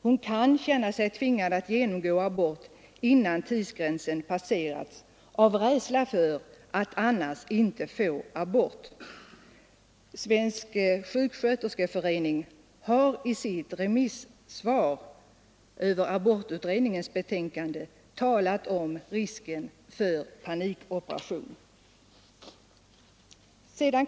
Hon kan känna sig tvingad att genomgå abort innan tidsgränsen passerats av rädsla för att annars inte få abort. Svensk sjuksköterskeförening har i sitt remissyttrande över abortutredningens betänkande talat om risken för panikoperationer.